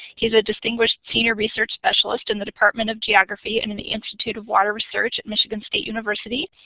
he is a distinguished senior research specialist in the department of geography and and the institute of water research at michigan state university.